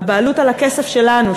הבעלות על הכסף שלנו,